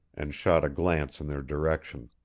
and shot a glance in their direction.